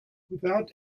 without